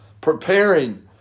preparing